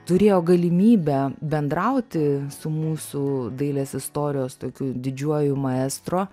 turėjo galimybę bendrauti su mūsų dailės istorijos tokiu didžiuoju maestro